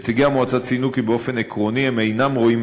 נציגי המועצה ציינו כי באופן עקרוני הם אינם רואים